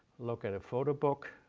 look at a photo book,